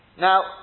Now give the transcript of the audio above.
now